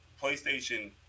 PlayStation